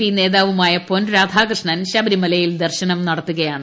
P നേതാവുമായ പൊൻരാധാകൃഷ്ണൻ ശബരിമലയിൽ ദർശനം നടത്തുകയാണ്